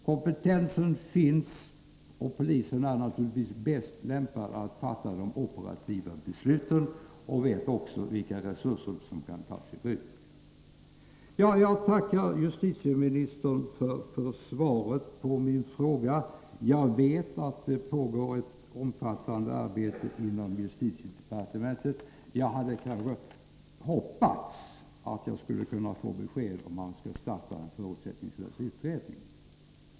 Kompetensen finns, och polisen är naturligtvis bäst lämpad att fatta de operativa besluten. Polisen vet också vilka resurser som kan tas i bruk. Jag tackar justitieministern för svaret på min fråga. Jag vet att det pågår ett omfattande arbete inom justitiedepartementet. Jag hade hoppats att jag skulle kunna få besked om man skulle påbörja en förutsättningslös utredning.